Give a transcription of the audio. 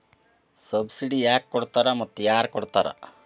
Subsidy ಯಾಕೆ ಕೊಡ್ತಾರ ಮತ್ತು ಯಾರ್ ಕೊಡ್ತಾರ್?